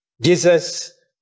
Jesus